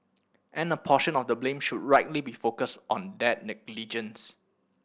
and a portion of the blame should rightly be focused on that negligence